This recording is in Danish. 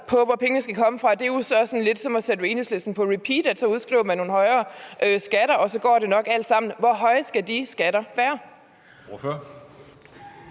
på, hvor pengene skal komme fra, er lidt som at sætte Enhedslisten på repeat: Så udskriver man nogle højere skatter, og så går det nok alt sammen. Hvor høje skal de skatter være?